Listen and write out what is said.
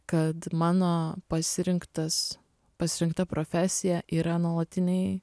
kad mano pasirinktas pasirinkta profesija yra nuolatiniai